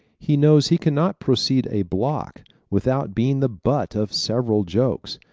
he knows he can not proceed a block without being the butt of several jokes,